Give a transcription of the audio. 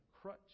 crutch